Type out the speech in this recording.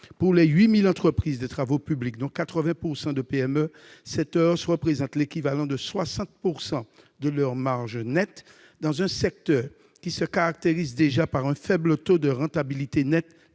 Pour les 8 000 entreprises du secteur des travaux publics, dont 80 % sont des PME, cette hausse représente l'équivalent de 60 % de leur marge nette, dans un secteur qui se caractérise déjà par un faible taux de rentabilité nette-